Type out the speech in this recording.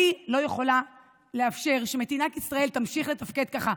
אני לא יכולה לאפשר שמדינת ישראל תמשיך לתפקד ככה.